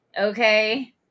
Okay